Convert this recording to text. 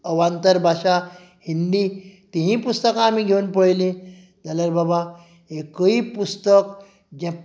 अवांतर भाशा हिंदी तिंवूय पुस्तकां आमी घेवन पळयलीं जाल्यार बाबा एकूय पुस्तक जें